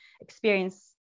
experience